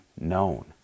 known